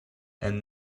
and